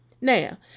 Now